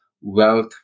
wealth